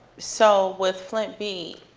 so with flint beat,